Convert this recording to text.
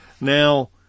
Now